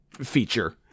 feature